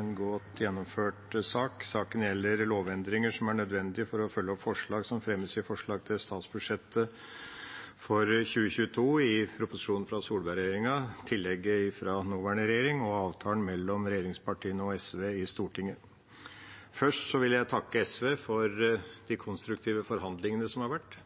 en godt gjennomført sak. Saken gjelder lovendringer som er nødvendige for å følge opp forslag som fremmes i forslag til statsbudsjett for 2022 i proposisjonen fra Solberg-regjeringa, tillegget fra nåværende regjering og avtalen mellom regjeringspartiene og SV i Stortinget. Først vil jeg takke SV for de konstruktive forhandlingene som har vært.